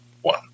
one